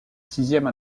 sixième